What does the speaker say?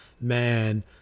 man